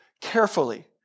carefully